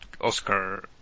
Oscar